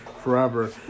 forever